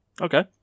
okay